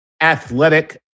athletic